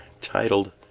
titled